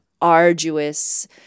arduous